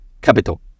capital